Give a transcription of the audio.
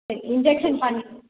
சரி இன்ஜெக்ஷன் பண்ணி